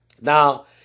Now